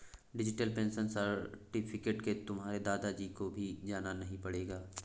digital pension certificate से तुम्हारे दादा जी को भी जाना नहीं पड़ेगा